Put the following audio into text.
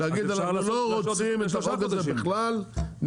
תהיו אמיצים להגיד אנחנו לא רוצים את החוק הזה בכלל נקודה.